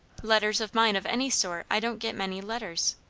letters of mine of any sort. i don't get many letters.